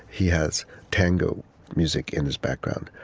he has tango music in his background.